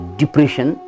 depression